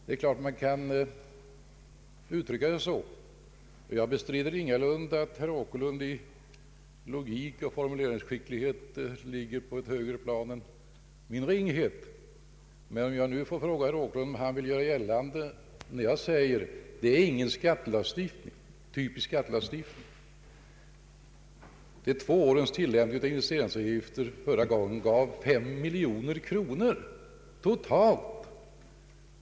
Det är klart att man kan uttrycka det så, och jag bestrider ingalunda att herr Åkerlund i logik och formuleringsskicklighet står på ett högre plan än min ringhet. Men jag vill fråga herr Åkerlund om han gör gällande att jag har fel då jag säger att detta inte är någon typisk skattelagstiftning. De två årens tillämpning av investeringsavgifter förra gången gav 5 miljoner kronor totalt.